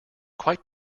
quite